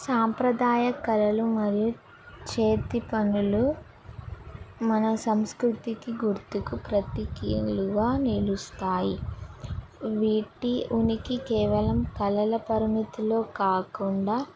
సాంప్రదాయ కళలు మరియు చేతి పనులు మన సంస్కృతికి గుర్తుకు ప్రతీకలుగా నిలుస్తాయి వీటి ఉనికి కేవలం కళల పరిమితిలో కాకుండా